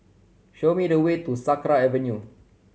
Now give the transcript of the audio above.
show me the way to Sakra Avenue